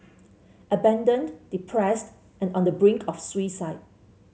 abandoned depressed and on the brink of suicide